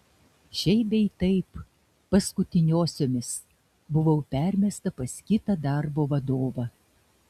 šiaip bei taip paskutiniosiomis buvau permesta pas kitą darbo vadovą